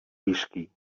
visqui